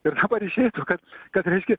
ir dabar išeitų kad kad reiškia